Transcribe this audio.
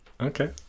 Okay